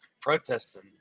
protesting